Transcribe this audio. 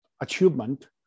achievement